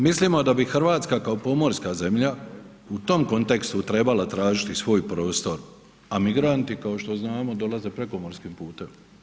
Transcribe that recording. Mislimo da bi Hrvatska kao pomorska zemlja u tom kontekstu trebala tražiti svoj prosto a migranti kao što znamo dolaze prekomorskim putem.